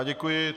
Děkuji.